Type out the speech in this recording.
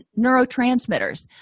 neurotransmitters